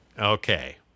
Okay